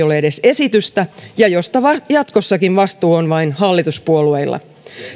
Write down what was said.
ole edes esitystä ja josta jatkossakin vastuu on vain hallituspuolueilla